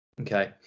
Okay